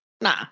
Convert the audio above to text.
Nah